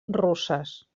russes